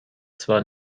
zwar